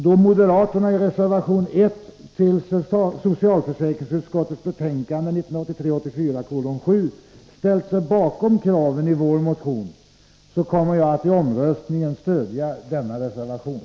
Då moderaterna i reservation 1 till socialförsäkringsutskottets betänkande 1983/84:7 ställt sig bakom kraven i vår motion, kommer jag att i omröstningen stödja denna reservation.